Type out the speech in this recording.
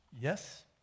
Yes